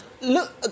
look